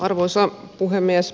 arvoisa puhemies